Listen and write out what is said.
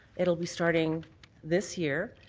it will be starting this year.